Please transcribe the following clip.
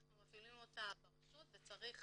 אנחנו מפעילים אותה ברשות וצריך